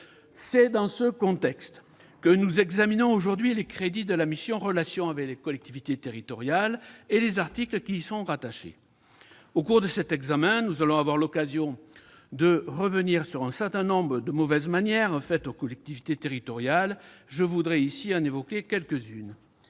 C'est dans ce contexte que nous examinons aujourd'hui les crédits de la mission « Relations avec les collectivités territoriales » et les articles qui y sont rattachés. Ce débat nous permettra de revenir sur un certain nombre de mauvaises manières faites aux collectivités territoriales- j'en évoquerai quelques-unes.